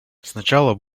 сначала